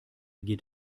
geht